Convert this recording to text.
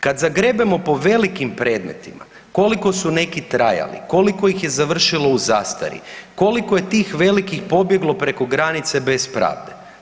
Kad zagrebemo po velikim predmetima, koliko su neki trajali, koliko ih je završilo u zastari, koliko je tih velikih pobjeglo preko granice bez pravde?